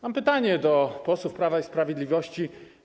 Mam pytanie do posłów Prawa i Sprawiedliwości.